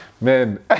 man